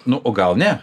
nu o gal ne